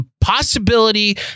possibility